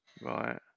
right